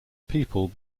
people